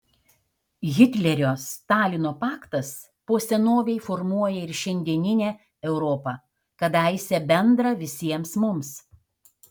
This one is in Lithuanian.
hitlerio stalino paktas po senovei formuoja ir šiandieninę europą kadaise bendrą visiems mums